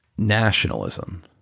nationalism